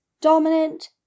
dominant